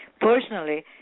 personally